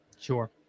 Sure